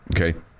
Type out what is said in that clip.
okay